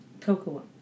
Cocoa